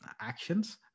actions